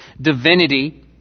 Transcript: divinity